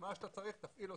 מה שאתה צריך, תפעיל אותי.